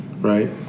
right